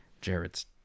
Jared's